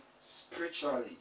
spiritually